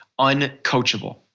uncoachable